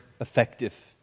effective